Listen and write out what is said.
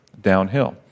downhill